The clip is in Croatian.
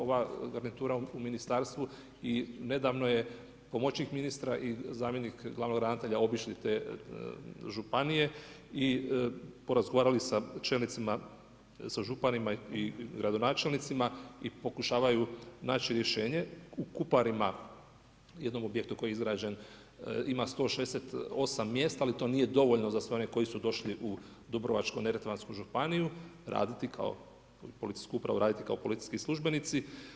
Ova garnitura u ministarstvu i nedavno je pomoćnik ministra i zamjenik glavnog ravnatelja obišli te županije i porazgovarali sa čelnicima, sa županima i gradonačelnicima i pokušavaju naći rješenje u Kuparima, jednom objektu koji je izgrađen, ima 168 mjesta, ali to nije dovoljno za sve one koji su došli u Dubrovačko-neretvansku županiju raditi u policijsku upravu, raditi kao policijski službenici.